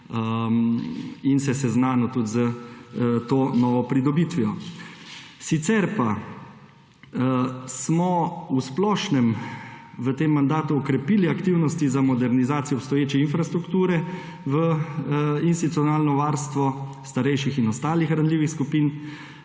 in se seznanil tudi s to novo pridobitvijo. Sicer pa smo v splošnem v tem mandatu okrepili aktivnosti za modernizacijo obstoječe infrastrukture v institucionalno varstvo starejših in ostalih ranljivih skupin.